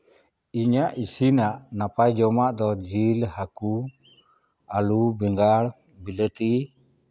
ᱤᱧᱟᱹᱜ ᱤᱥᱤᱱᱟᱜ ᱱᱟᱯᱟᱭ ᱡᱚᱢᱟᱜ ᱫᱚ ᱡᱤᱞ ᱦᱟᱹᱠᱩ ᱟᱹᱞᱩ ᱵᱮᱸᱜᱟᱲ ᱵᱤᱞᱟᱹᱛᱤ